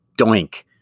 doink